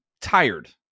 tired